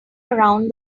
around